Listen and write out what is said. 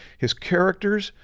his characters,